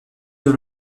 dans